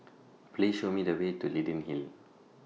Please Show Me The Way to Leyden Hill